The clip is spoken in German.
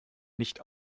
nicht